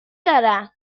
دارم